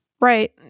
Right